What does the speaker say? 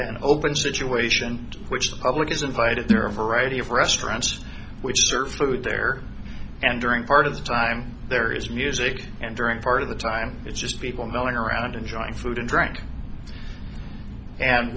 an open situation which public is invited there are a variety of restaurants which serves food there and during part of the time there is music and during part of the time it's just people milling around enjoying food and drink and